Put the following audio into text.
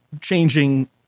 changing